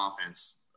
offense